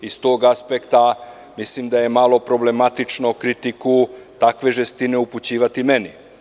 Iz tog aspekta mislim da je malo problematičnu kritiku takve žestine upućivati meni.